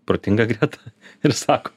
protinga greta ir sako